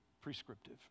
prescriptive